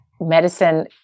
medicine